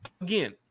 again